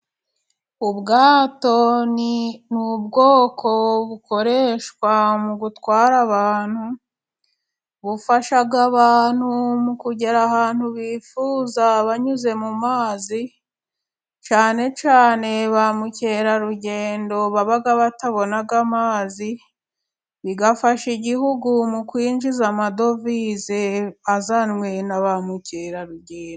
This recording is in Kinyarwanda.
Ubwato ni ubwoko bukoreshwa mu gutwara abantu. Bufasha Abantu mu kugera ahantu bifuza banyuze mu mazi, cyane cyane ba mukerarugendo baba batabona amazi. Bigafasha Igihugu mu kwinjiza amadovize azanywe na ba mukerarugendo.